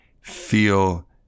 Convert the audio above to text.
feel